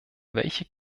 welche